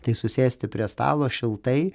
tai susėsti prie stalo šiltai